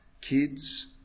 kids